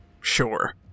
sure